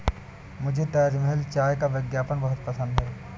मुझे ताजमहल चाय का विज्ञापन बहुत पसंद है